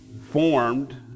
formed